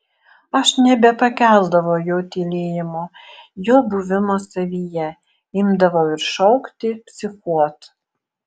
aš nebepakeldavau jo tylėjimo jo buvimo savyje imdavau ir šaukti psichuot